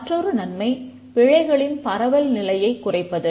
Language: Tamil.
மற்றுமொரு நன்மை பிழைகளின் பரவல் நிலையைக் குறைப்பது